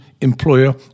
employer